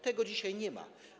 Tego dzisiaj nie ma.